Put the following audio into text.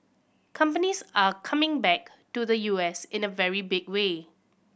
companies are coming back to the U S in a very big way